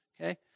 okay